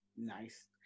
Nice